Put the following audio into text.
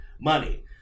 money